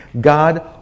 God